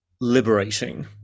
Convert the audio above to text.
liberating